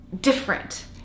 different